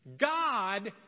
God